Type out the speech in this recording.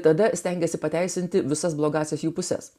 tada stengiesi pateisinti visas blogąsias jų puses